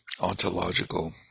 ontological